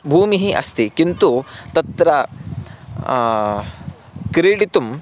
भूमिः अस्ति किन्तु तत्र क्रीडितुम्